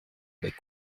avec